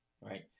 right